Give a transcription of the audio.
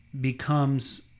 becomes